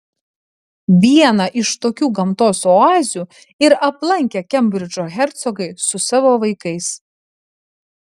vieną iš tokių gamtos oazių ir aplankė kembridžo hercogai su savo vaikais